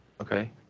Okay